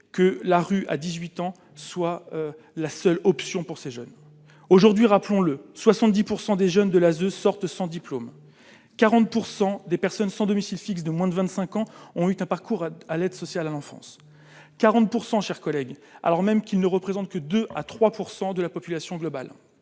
que la rue, à 18 ans, soit la seule option pour ces jeunes aujourd'hui, rappelons-le, 70 % des jeunes de la ASE sortent sans diplôme 40 % des personnes sans domicile fixe de moins de 25 ans, on eut un parcours à l'aide sociale à l'enfance 40 % chers collègues, alors même qu'ils ne représentent que 2 à 3 % de la population globale,